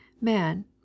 Man